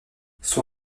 son